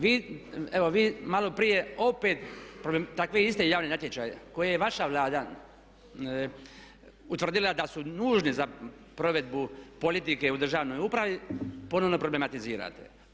Vi, evo vi maloprije opet takve iste javne natječaje koje je vaša Vlada utvrdila da su nužni za provedbu politike u državnoj upravi ponovno problematizirate.